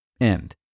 End